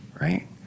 Right